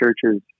churches